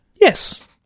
yes